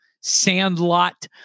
sandlot